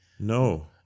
No